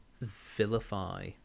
vilify